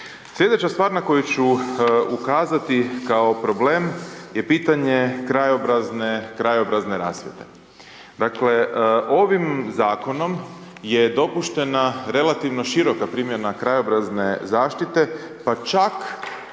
Sljedeća stvar na koju ću ukazati kao problem je pitanje krajobrazne, krajobrazne rasvjete. Dakle ovim zakonom je dopuštena relativno široka primjena krajobrazne zaštite pa čak